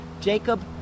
Jacob